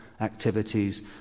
activities